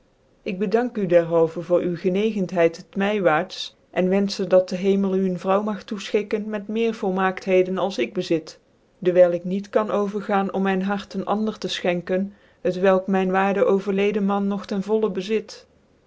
ik bedank u dcrhalvcn voor u gcncgcnthcid t mywaarts en wenfehc dat den hemel u een vrouw tmag toefchikken met meer volmaaktheden als ik bezit dewijl ik niet kan overgaan om mijn hart een ander te ichenken t welk mijn waarde ovcrlcde itnan noch ten vollen bezit